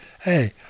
Hey